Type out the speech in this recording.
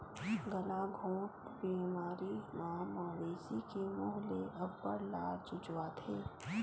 गलाघोंट बेमारी म मवेशी के मूह ले अब्बड़ लार चुचवाथे